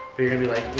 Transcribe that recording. you're gonna be like,